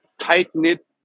tight-knit